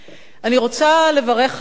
אני רוצה לברך על החוק,